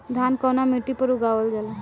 धान कवना मिट्टी पर उगावल जाला?